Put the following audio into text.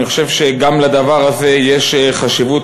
אני חושב שגם לדבר הזה יש חשיבות